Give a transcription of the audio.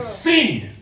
sin